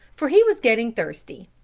for he was getting thirsty.